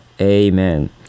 amen